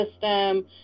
system